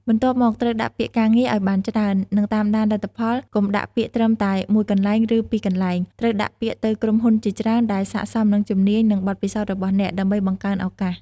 បន្ទាប់មក ត្រូវដាក់ពាក្យការងារឱ្យបានច្រើន និងតាមដានលទ្ធផល កុំដាក់ពាក្យត្រឹមតែមួយកន្លែង ឬពីរកន្លែង ត្រូវដាក់ពាក្យទៅក្រុមហ៊ុនជាច្រើនដែលស័ក្តិសមនឹងជំនាញនិងបទពិសោធន៍របស់អ្នក ដើម្បីបង្កើនឱកាស។